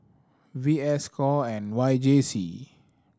V S score and Y J C